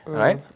right